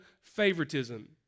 favoritism